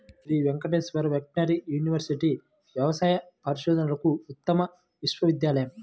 Shri Venkateswara veterinary university వ్యవసాయ పరిశోధనలకు ఉత్తమ విశ్వవిద్యాలయం